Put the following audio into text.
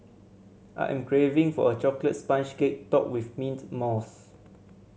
I am craving for a chocolate sponge cake topped with mint mousse